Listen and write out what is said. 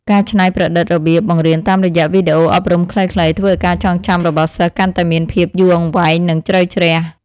ការច្នៃប្រឌិតរបៀបបង្រៀនតាមរយៈវីដេអូអប់រំខ្លីៗធ្វើឱ្យការចងចាំរបស់សិស្សកាន់តែមានភាពយូរអង្វែងនិងជ្រៅជ្រះ។